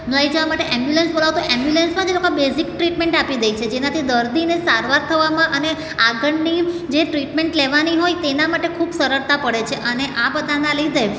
લઈ જવા માટે એમ્બ્યુલન્સ બોલાવો તો એમ્બ્યુલન્સમાંજ એ લોકા બેઝિક ટ્રીટમેન્ટ આપી દે છે જેનાથી દર્દીને સારા થવામાં અને આગળની જે ટ્રીટમેન્ટ લેવાની હોય તેના માટે ખૂબ સરળતા પડે છે અને આ બધાના લીધે